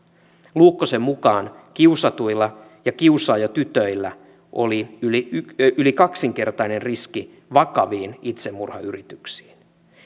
luukkosen mukaan kiusatuilla tytöillä ja kiusaajatytöillä oli yli yli kaksinkertainen riski vakaviin itsemurhayrityksiin